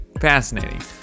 fascinating